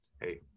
hey